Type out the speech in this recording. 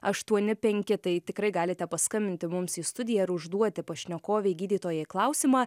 aštuoni penki tai tikrai galite paskambinti mums į studiją ir užduoti pašnekovei gydytojai klausimą